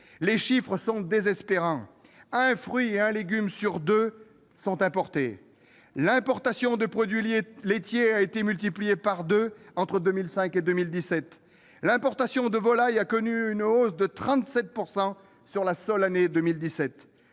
Les chiffres sont désespérants : un fruit et un légume sur deux sont importés ; l'importation de produits laitiers a été multipliée par deux entre 2005 et 2017 ; l'importation de volaille a connu une hausse de 37 % sur la seule année 2017